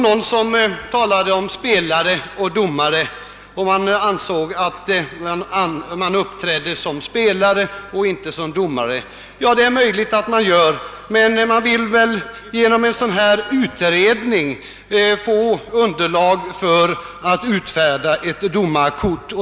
Någon talade om spelare och domare och ansåg att motionärerna och reservanterna uppträdde som spelare och inte som domare. Ja, det är möjligt att så är fallet. Men man vill genom en sådan här utredning få underlag för utfärdande av domarkort.